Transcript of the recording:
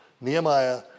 Nehemiah